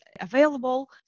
available